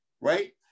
right